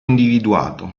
individuato